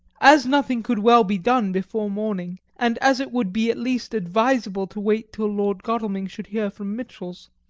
as nothing could well be done before morning, and as it would be at least advisable to wait till lord godalming should hear from mitchell's,